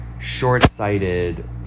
short-sighted